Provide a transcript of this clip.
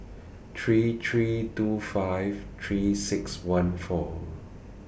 three three two five three six one four